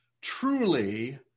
Truly